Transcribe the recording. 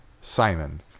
Simon